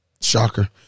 shocker